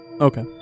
Okay